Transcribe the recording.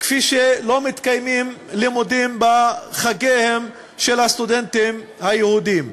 כפי שלא מתקיימים לימודים בחגיהם של הסטודנטים היהודים.